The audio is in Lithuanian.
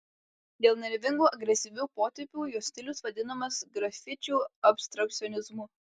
dėl nervingų agresyvių potėpių jo stilius vadinamas grafičių abstrakcionizmu